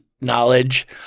knowledge